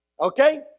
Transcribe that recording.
Okay